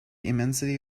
immensity